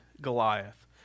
Goliath